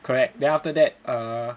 correct then after that err